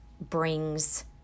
brings